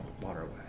waterway